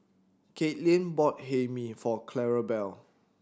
Caitlyn bought Hae Mee for Clarabelle